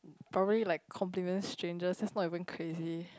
probably like compliment strangers that's not even crazy